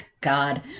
god